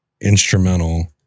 instrumental